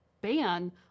ban